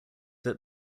that